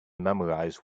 memorize